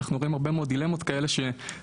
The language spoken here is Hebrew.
אנחנו רואים הרבה מאוד דילמות כאלה שאנחנו